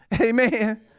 Amen